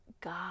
God